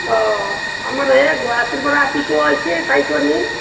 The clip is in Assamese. অঁ আমাৰ এই গুৱাহাটীৰ পৰা আপিটো আহিছে তাইকো নিম